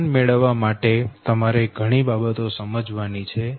જ્ઞાન મેળવવા માટે તમારે ઘણી બાબતો સમજવાની છે